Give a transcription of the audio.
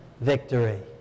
victory